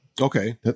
Okay